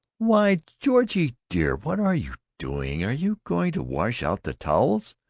why georgie dear, what are you doing? are you going to wash out the towels?